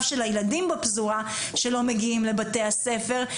של הילדים בפזורה שלא מגיעים לבתי הספר,